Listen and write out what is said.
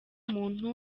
umuntu